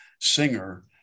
singer